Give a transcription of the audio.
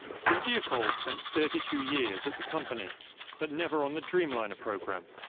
cynthia cole spent thirty two years at the company but never on the dreamliner programme,